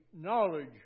knowledge